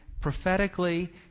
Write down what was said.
prophetically